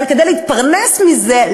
אבל כדי להתפרנס מזה,